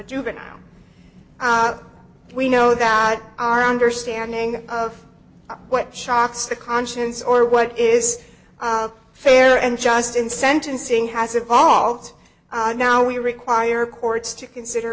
juvenile we know that our understanding of what shocks the conscience or what is fair and just in sentencing has evolved now we require courts to consider